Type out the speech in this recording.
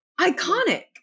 iconic